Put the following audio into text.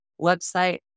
website